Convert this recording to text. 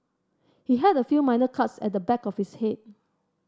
he had a few minor cuts at the back of his head